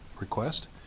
request